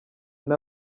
hari